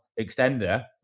extender